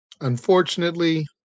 Unfortunately